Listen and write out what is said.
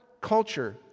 culture